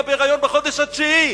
אמא בהיריון בחודש התשיעי.